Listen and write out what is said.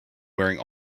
wearing